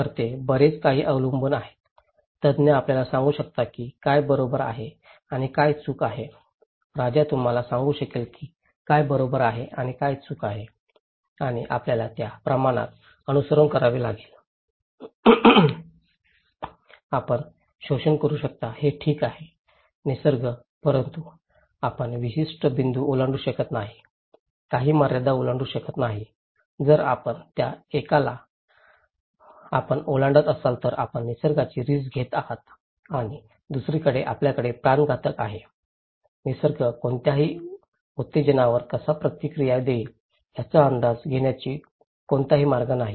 तर ते बरेच काही अवलंबून आहेत तज्ञ आपल्याला सांगू शकतात की काय बरोबर आहे आणि काय चूक आहे राजा तुम्हाला सांगू शकेल की काय बरोबर आहे आणि काय चूक आहे आणि आपल्याला त्या प्रमाणात अनुसरण करावे लागेल आपण शोषण करू शकता हे ठीक आहे निसर्ग परंतु आपण विशिष्ट बिंदू ओलांडू शकत नाही काही मर्यादा ओलांडू शकत नाही जर आपण त्या एकाला आपण ओलांडत असाल तर आपण निसर्गाची रिस्क घेत आहात आणि दुसरीकडे आपल्याकडे प्राणघातक आहेत निसर्ग कोणत्याही उत्तेजनावर कसा प्रतिक्रिया देईल याचा अंदाज घेण्याचा कोणताही मार्ग नाही